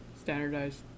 standardized